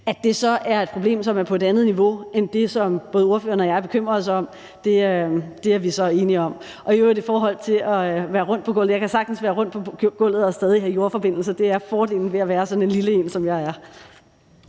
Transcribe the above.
At det så er et problem, som er på et andet niveau end det, som både ordføreren og jeg bekymrer os om, er vi så enige om. I øvrigt vil jeg sige i forhold til at være rundt på gulvet: Jeg kan sagtens være rundt på gulvet og stadig have jordforbindelse. Det er fordelen ved at være sådan en lille en, som jeg er.